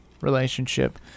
relationship